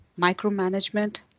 micromanagement